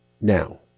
now